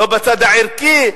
לא בצד הערכי,